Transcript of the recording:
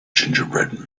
gingerbread